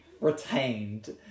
retained